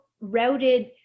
routed